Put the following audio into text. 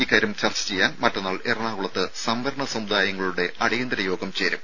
ഇക്കാര്യം ചർച്ച ചെയ്യാൻ മറ്റന്നാൾ എറണാകുളത്ത് സംവരണ സമുദായങ്ങളുടെ അടിയന്തിര യോഗം ചേരും